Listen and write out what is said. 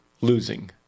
losing